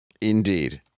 Indeed